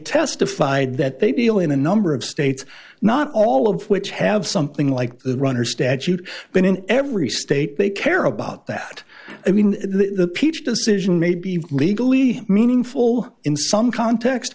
testified that they deal in a number of states not all of which have something like the runner statute but in every state they care about that i mean the peach decision may be legally meaningful in some context